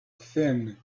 thin